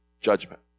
judgment